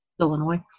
Illinois